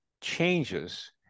changes